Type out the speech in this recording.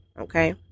Okay